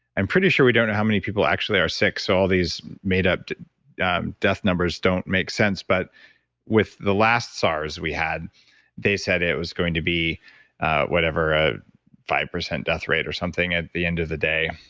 i'm pretty sure we don't how many people actually are sick, so all these made up death numbers don't make sense, but with the last sars we had they said it was going to be whatever ah five percent death rate or something. at the end of the day,